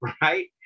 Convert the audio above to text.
right